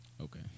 Okay